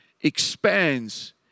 expands